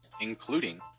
including